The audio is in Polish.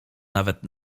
nawet